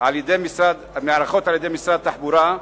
נערכות על-ידי משרד התחבורה,